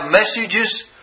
messages